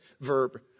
verb